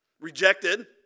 rejected